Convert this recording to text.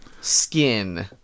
skin